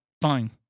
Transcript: fine